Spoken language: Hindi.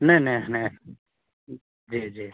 नहीं नहीं नहीं जी जी